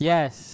Yes